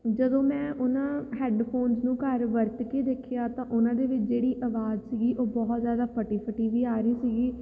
ਜਦੋਂ ਮੈਂ ਉਹਨਾਂ ਹੈਡਫੋਨਸ ਨੂੰ ਘਰ ਵਰਤ ਕੇ ਦੇਖਿਆ ਤਾਂ ਉਹਨਾਂ ਦੇ ਵਿੱਚ ਜਿਹੜੀ ਆਵਾਜ਼ ਸੀਗੀ ਉਹ ਬਹੁਤ ਜ਼ਿਆਦਾ ਫਟੀ ਫਟੀ ਜਿਹੀ ਆ ਰਹੀ ਸੀਗੀ